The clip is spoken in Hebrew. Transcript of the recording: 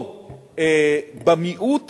או במיעוט